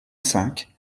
cinq